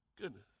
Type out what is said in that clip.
goodness